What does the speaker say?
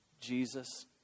Jesus